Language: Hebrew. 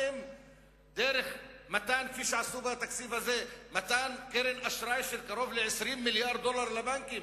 האם דרך מתן קרן אשראי של קרוב ל-20 מיליארד דולר לבנקים,